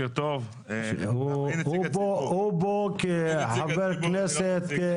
הוא פה כחבר כנסת.